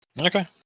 okay